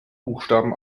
buchstaben